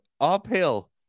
uphill